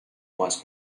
was